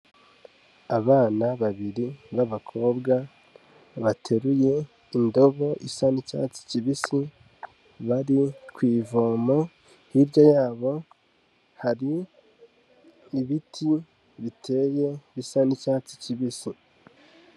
Abana babiri b'abakobwa bateruye indobo isa n'icyatsi kibisi bari ku ivomo, hirya yabo hari ibiti biteye bisa n'icyatsi kibisi.